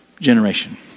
generation